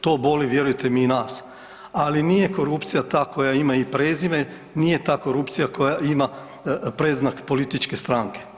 To boli vjerujte mi i nas, ali nije korupcija ta koja ima i prezime, nije ta korupcija koja ima predznak političke stranke.